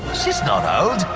she's not old,